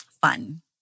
Fun